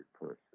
person